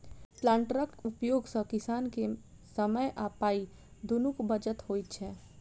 प्लांटरक उपयोग सॅ किसान के समय आ पाइ दुनूक बचत होइत छै